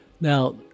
Now